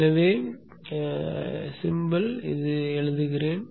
எனவே குறி எழுதுகிறேன்